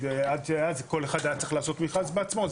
כי אז כל אחד היה צריך לעשות מכרז בעצמו,